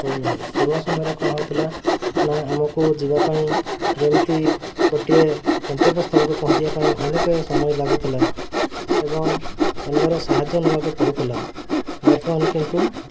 ହଉ ନାହିଁ ପୂର୍ବ ସମୟରେ କ'ଣ ହେଉଥିଲା ନା ଆମକୁ ଯିବା ପାଇଁ ଯେମିତି ଗୋଟିଏ ଗନ୍ତବ୍ୟସ୍ଥଳକୁ ପହଞ୍ଚିବା ପାଇଁ ଅନେକ ସମୟ ଲାଗୁଥିଲା ଏବଂ ଅନ୍ୟର ସାହାଯ୍ୟ ନେବାକୁ ପଡ଼ୁଥିଲା ବର୍ତ୍ତମାନ କିନ୍ତୁ